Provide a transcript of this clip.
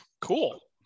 Cool